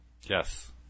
Yes